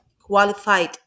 qualified